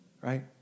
right